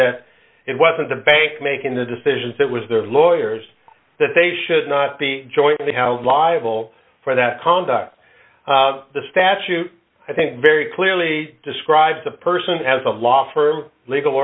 that it wasn't the bank making the decisions that was their lawyers that they should not be jointly how liable for that conduct the statute i think very clearly describes the person as a law firm legal